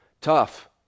tough